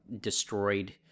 destroyed